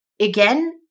again